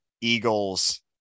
Eagles